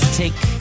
take